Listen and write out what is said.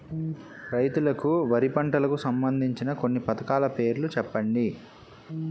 రైతులకు వారి పంటలకు సంబందించిన కొన్ని పథకాల పేర్లు చెప్పండి?